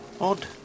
Odd